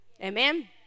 amen